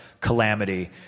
calamity